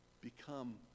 become